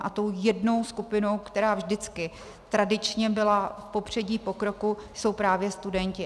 A tou jednou skupinou, která vždycky tradičně byla v popředí pokroku, jsou právě studenti.